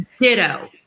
ditto